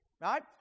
right